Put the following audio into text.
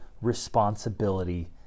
responsibility